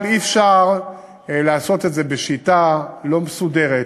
אבל אי-אפשר לעשות את זה בשיטה לא מסודרת,